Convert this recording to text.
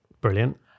brilliant